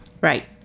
Right